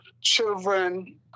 children